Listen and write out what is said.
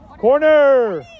Corner